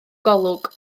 golwg